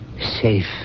Safe